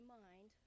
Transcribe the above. mind